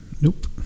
Nope